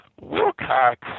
Wilcox